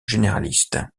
généraliste